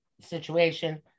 situation